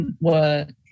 work